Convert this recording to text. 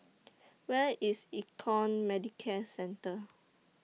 Where IS Econ Medicare Centre